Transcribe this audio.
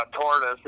tortoise